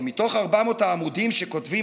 כי מתוך ארבע מאות העמודים שכתובים